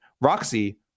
Roxy